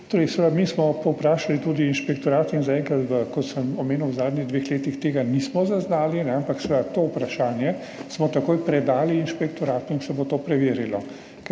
Torej, mi smo seveda povprašali tudi inšpektorat in zaenkrat, kot sem omenil, v zadnjih dveh letih tega nismo zaznali, ampak seveda, to vprašanje smo takoj predali inšpektoratu in se bo to preverilo,